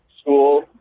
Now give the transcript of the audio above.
school